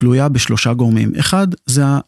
‫תלויה בשלושה גורמים אחד, זה ה...